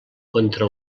contra